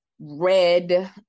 red